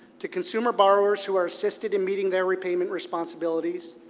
to consumer borrowers who are assisted in meeting their repayment responsibilities,